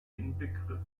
inbegriff